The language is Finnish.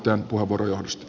kiitoksia